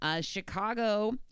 Chicago